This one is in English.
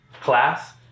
class